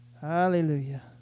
Hallelujah